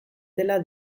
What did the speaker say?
dela